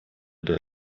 der